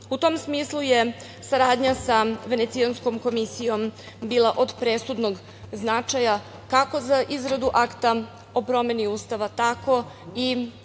U tom smislu je saradnja sa Venecijanskom komisijom bila od presudnog značaja, kako za izradu akta o promeni Ustava, tako i